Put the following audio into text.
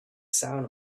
sound